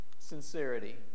Sincerity